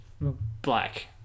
black